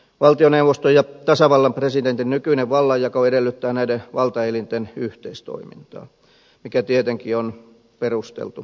valtioneuvoston ja tasavallan presidentin nykyinen vallanjako edellyttää näiden valtaelinten yhteistoimintaa mikä tietenkin on perusteltu näkökohta